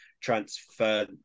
transfer